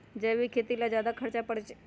जैविक खेती ला ज्यादा खर्च पड़छई?